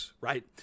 right